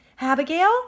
Abigail